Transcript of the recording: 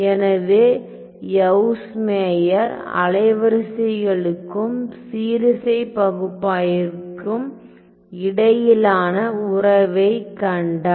எனவே Yves Meyer அலைவரிசைகளுக்கும் சீரிசை பகுப்பாய்விற்கும் இடையிலான உறவைக் கண்டார்